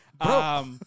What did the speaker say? Bro